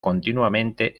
continuamente